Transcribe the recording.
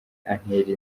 antera